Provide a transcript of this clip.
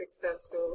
successful